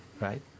right